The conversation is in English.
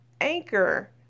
Anchor